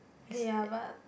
okay ya but